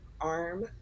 arm